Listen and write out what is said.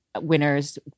winners